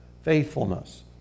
faithfulness